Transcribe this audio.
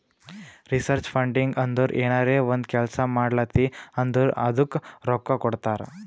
research funding ಅಂದುರ್ ಏನರೇ ಒಂದ್ ಕೆಲ್ಸಾ ಮಾಡ್ಲಾತಿ ಅಂದುರ್ ಅದ್ದುಕ ರೊಕ್ಕಾ ಕೊಡ್ತಾರ್